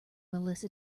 melissa